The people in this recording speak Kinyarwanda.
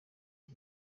iki